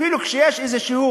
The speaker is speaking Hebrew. אפילו כשיש איזשהו